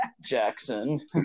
jackson